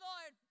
Lord